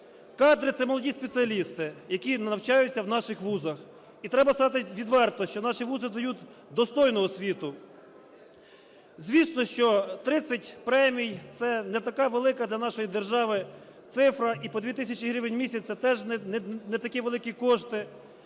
Кадри – це молоді спеціалісти, які навчаються в наших вузах. І треба сказати відверто, що наші вузи дають достойну освіту. Звісно, що 30 премій – це не така велика для нашої держави цифра, і по 2 тисячі гривень в місяць – це теж не такі великі кошти.